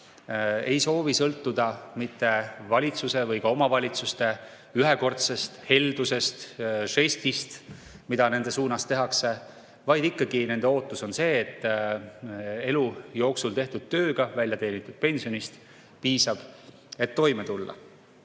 Eesti eakad sõltuda valitsuse või ka omavalitsuse ühekordsest heldusest, žestist, mida nende suunas tehakse, vaid nende ootus on ikkagi see, et elu jooksul tehtud tööga välja teenitud pensionist piisab, et toime tulla.